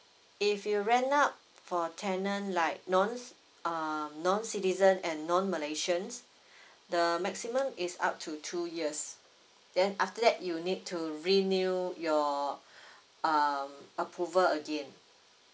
if you rent out for tenant like nons uh non citizen and non malaysians the maximum is up to two years then after that you need to renew your um approval again